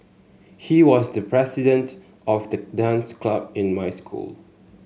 he was the president of the dance club in my school